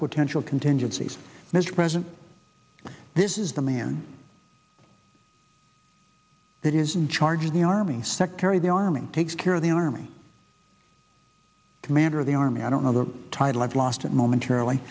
potential contingencies mr president this is the man that is in charge of the army's secretary the army takes care of the army commander of the army i don't know the title i've lost it momentarily